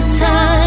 time